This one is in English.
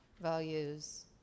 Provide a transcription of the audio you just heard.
values